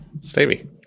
Stevie